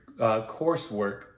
coursework